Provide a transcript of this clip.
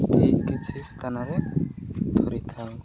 ଏ କିଛି ସ୍ଥାନରେ ଧରିଥାଏ